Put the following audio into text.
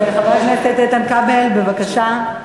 חבר הכנסת איתן כבל, בבקשה.